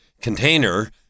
container